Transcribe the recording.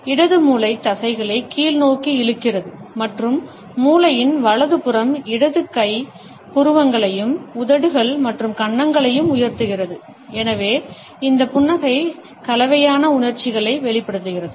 இடது மூளை தசைகளை கீழ்நோக்கி இழுக்கிறது மற்றும் மூளையின் வலது புறம் இடது கை புருவங்களையும் உதடுகள் மற்றும் கன்னங்களையும் உயர்த்துகிறது எனவே இந்த புன்னகை கலவையான உணர்ச்சிகளை வெளிப்படுத்துகிறது